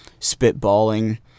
Spitballing